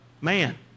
Man